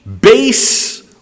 base